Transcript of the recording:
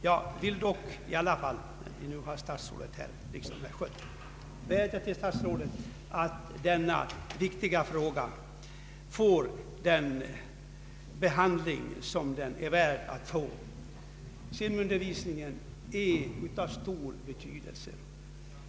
Jag vill i alla fall, när vi nu har statsrådet här, vädja till statsrådet att se till att denna viktiga fråga får den behandling som den är värd. Simundervisningen är av stor betydelse.